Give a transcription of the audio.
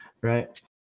Right